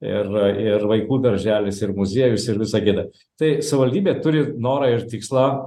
ir ir vaikų darželis ir muziejus ir visa kita tai savivaldybė turi norą ir tikslą